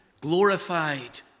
glorified